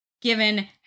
Given